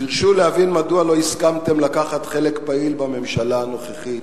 דרשו להבין מדוע לא הסכמתם לקחת חלק פעיל בממשלה הנוכחית,